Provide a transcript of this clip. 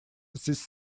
these